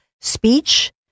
speech